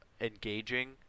engaging